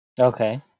Okay